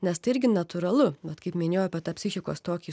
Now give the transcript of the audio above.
nes tai irgi natūralu vat kaip minėjau apie tą psichikos tokį